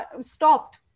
stopped